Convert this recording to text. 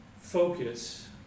focus